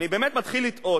אני באמת מתחיל לתהות.